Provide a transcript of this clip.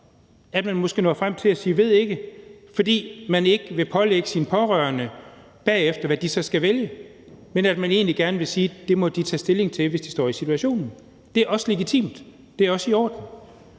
at man måske når frem til at sige ved ikke, fordi man ikke vil pålægge ens pårørende et bestemt valg bagefter, men at man egentlig gerne vil sige: Det må de tage stilling til, hvis de står i den situation. Det er også legitimt. Det er også i orden.